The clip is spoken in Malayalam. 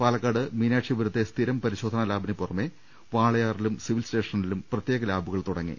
പാലക്കാട്ട് മീനാക്ഷിപുരത്തെ സ്ഥിരം പരിശോധനാ ലാബിന് പുറമെ വാളയാറിലും സിവിൽ സ്റ്റേഷനിലും പ്രത്യേക ലാബുകൾ തുടങ്ങി